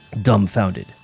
Dumbfounded